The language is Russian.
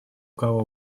кого